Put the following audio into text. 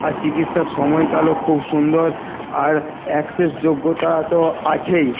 আর চিকিৎসার সময়কালও খুব সুন্দর আর অ্যাক্সেস যোগ্যতা তো আছেই